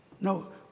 No